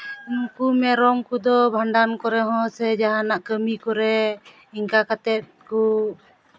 ᱩᱱᱠᱩ ᱢᱮᱨᱚᱢ ᱠᱚᱫᱚ ᱵᱷᱟᱸᱰᱟᱱ ᱠᱚᱨᱮᱫ ᱦᱚᱸ ᱥᱮ ᱡᱟᱦᱟᱱᱟᱜ ᱠᱟᱹᱢᱤ ᱠᱚᱨᱮᱫ ᱤᱱᱠᱟᱹ ᱠᱟᱛᱮᱫ ᱠᱚ